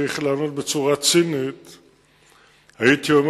אם הייתי צריך לענות בצורה צינית הייתי אומר